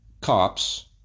cops